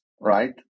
right